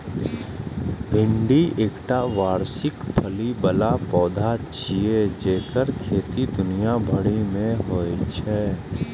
भिंडी एकटा वार्षिक फली बला पौधा छियै जेकर खेती दुनिया भरि मे होइ छै